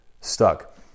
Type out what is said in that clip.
stuck